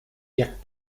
jak